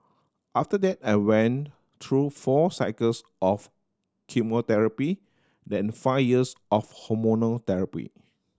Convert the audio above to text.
after that I went through four cycles of chemotherapy then five years of hormonal therapy